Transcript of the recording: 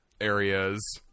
areas